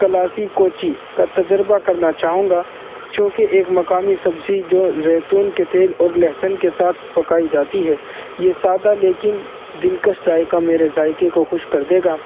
classy کوچی کا تجربہ کرنا چاہوں گا چوں کہ ایک مقامی سبزی جو زیتون کے تیل اور لہسن کے ساتھ پکائی جاتی ہے یہ سادہ لیکن دلکش ذائقہ میرے ذائقے کو خوش کر دے گا